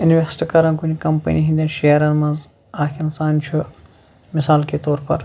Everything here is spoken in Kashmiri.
اِنویسٹہٕ کَران کُنہِ کمپٔنی ہٕنٛدٮ۪ن شِیرَن منٛز اَکھ اِنسان چھُ مِثال کے طور پر